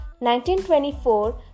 1924